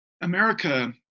America